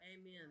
Amen